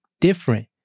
Different